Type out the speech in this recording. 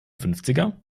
fünfziger